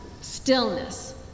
stillness